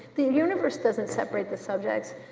the universe doesn't separate the subjects,